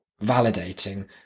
validating